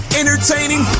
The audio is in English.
entertaining